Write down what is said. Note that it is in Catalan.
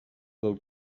del